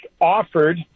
offered